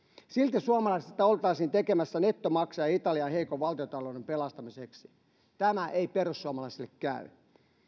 silti suomalaisesta oltaisiin tekemässä nettomaksaja italian heikon valtiontalouden pelastamiseksi tämä ei perussuomalaisille käy